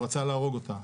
הוא רצה להרוג אותה.